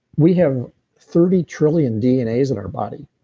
we have thirty trillion dnas in our body.